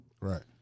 Right